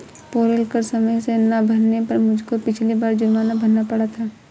payroll कर समय से ना भरने पर मुझको पिछली बार जुर्माना भरना पड़ा था